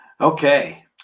Okay